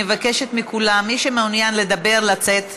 אני מבקשת מכולם, מי שמעוניין לדבר, לצאת החוצה.